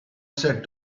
said